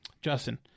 Justin